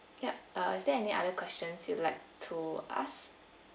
yup uh is there any other questions you'd like to ask